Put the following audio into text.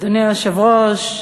אדוני היושב-ראש,